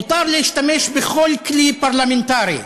מותר להשתמש בכל כלי פרלמנטרי.